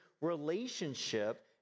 relationship